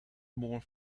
more